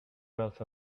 wealth